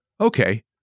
Okay